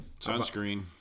Sunscreen